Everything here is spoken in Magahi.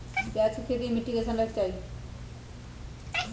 प्याज के खेती मे मिट्टी कैसन रहे के चाही?